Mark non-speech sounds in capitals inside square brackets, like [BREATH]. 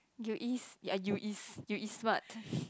you is ya you is what [BREATH]